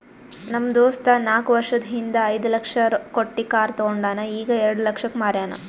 ನಮ್ ದೋಸ್ತ ನಾಕ್ ವರ್ಷದ ಹಿಂದ್ ಐಯ್ದ ಲಕ್ಷ ಕೊಟ್ಟಿ ಕಾರ್ ತೊಂಡಾನ ಈಗ ಎರೆಡ ಲಕ್ಷಕ್ ಮಾರ್ಯಾನ್